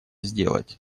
сделать